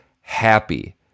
happy